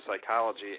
psychology